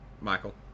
Michael